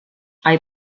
hay